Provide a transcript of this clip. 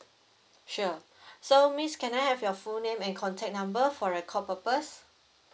sure so miss can I have your full name and contact number for record purpose